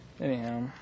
Anyhow